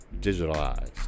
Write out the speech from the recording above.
digitalized